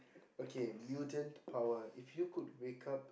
okay mutant power if you could wake up